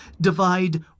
divide